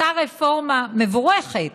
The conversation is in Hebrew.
אותה רפורמה מבורכת